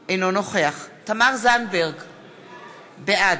זה, תגיד את האמת: זה חוק שמיועד לערבים.